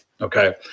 Okay